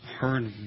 heard